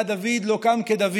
עד דוד לא קם כדוד.